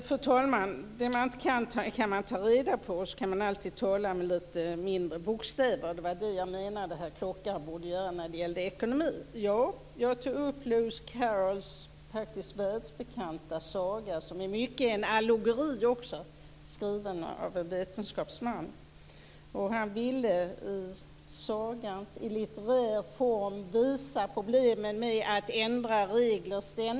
Fru talman! Det man inte kan kan man ta reda på. Så kan man tala med litet mindre bokstäver. Det var det jag menade att herr Klockare borde göra i fråga om ekonomin. Jag tog upp Lewis Carrolls världsbekanta saga, som är en allegori skriven av en vetenskapsman. Han ville i litterär form visa problemen med att ständigt ändra regler.